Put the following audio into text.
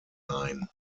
line